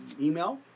email